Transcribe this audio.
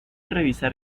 revisar